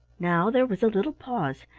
now there was a little pause,